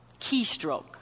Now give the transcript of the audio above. keystroke